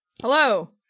Hello